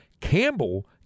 Campbell